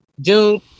June